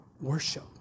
worship